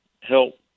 help